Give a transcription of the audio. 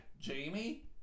Jamie